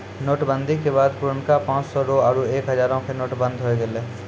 note बंदी के बाद पुरनका पांच सौ रो आरु एक हजारो के नोट बंद होय गेलै